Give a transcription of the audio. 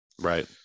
right